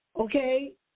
okay